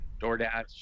DoorDash